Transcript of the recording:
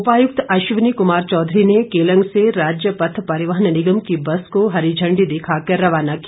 उपायुक्त अश्वनी कुमार चौधरी ने केलंग से राज्य पथ परिवहन निगम की बस को हरी झण्डी दिखाकर रवाना किया